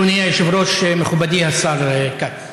אדוני היושב-ראש, מכובדי השר כץ,